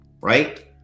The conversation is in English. right